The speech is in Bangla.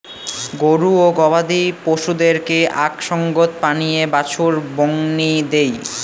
গরু ও গবাদি পছুদেরকে আক সঙ্গত পানীয়ে বাছুর বংনি দেই